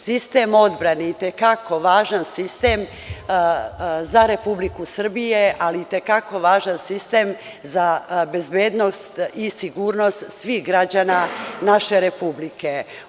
Sistem odbrane, i te kako važan sistem za Republiku Srbije ali i te kako važan sistem za bezbednost i sigurnost svih građana naše Republike.